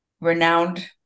renowned